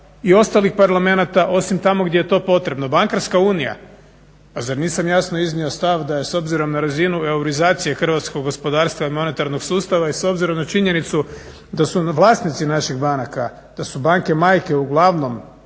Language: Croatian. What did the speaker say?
i ostalih parlamenata osim tamo gdje je to potrebno. Bankarska unija, pa zar nisam jasno iznio stav da je s obzirom na razinu eurizacije hrvatskog gospodarstva i monetarnog sustava i s obzirom na činjenicu da su vlasnici naših banaka da su banke majke uglavnom